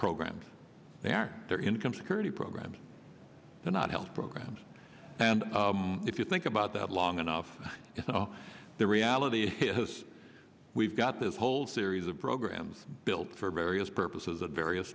programs there are income security programs they're not health programs and if you think about that long enough the reality is we've got this whole series of programs built for various purposes at various